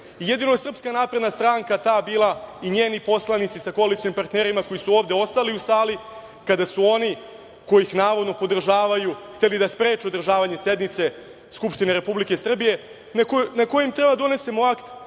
Jedino SNS je bila ta i njeni poslanici sa koalicionim partnerima koji su ovde ostali u sali, kada su oni koji ih navodno podržavaju hteli da spreče održavanje sednice Skupštine Republike Srbije na kojoj mi treba da donesemo akt